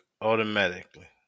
automatically